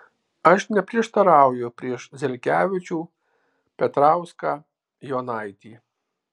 aš neprieštarauju prieš zelkevičių petrauską jonaitį